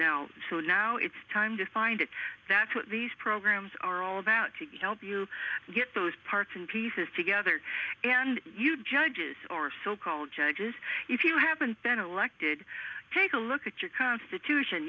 now so now it's time to find it that these programs are all about to help you get those parts and pieces together and you judges or so called judges if you haven't been elected take a look at your constitution